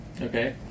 Okay